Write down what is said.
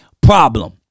problem